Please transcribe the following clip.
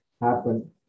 happen